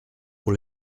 pour